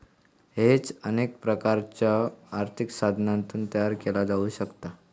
hedge अनेक प्रकारच्यो आर्थिक साधनांतून तयार केला जाऊ शकता